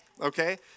Okay